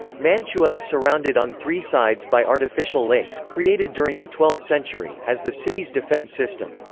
mantua is surrounded on three sides by artificial lakes, created during the twelfth century, as the city's defence system.